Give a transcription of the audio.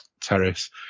terrace